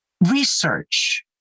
research